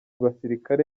basirikare